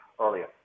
earlier